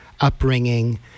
upbringing